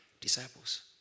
disciples